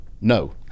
No